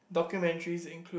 documentaries include